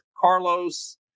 Carlos